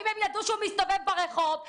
אם הם ידעו שהוא מסתובב ברחוב,